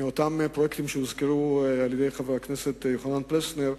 מאותם פרויקטים שהזכיר חבר הכנסת יוחנן פלסנר,